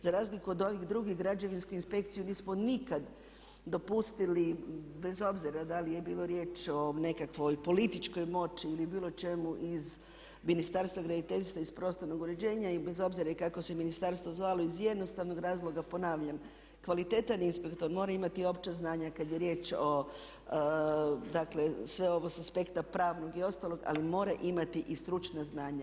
Za razliku od ovih drugih građevinsku inspekciju nismo nikad dopustili bez obzira da li je bilo riječ o nekakvoj političkoj moći ili bilo čemu iz Ministarstva graditeljstva, iz prostornog uređenja i bez obzira i kako se ministarstvo zvalo iz jednostavnog razloga ponavljam kvalitetan inspektor mora imati opća znanja kad je riječ o, dakle sve ovo s aspekta pravnog i ostalog ali mora imati i stručna znanja.